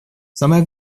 самое